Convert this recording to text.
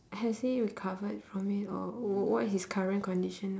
has he recovered from it or wh~ what his current condition